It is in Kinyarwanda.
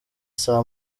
saa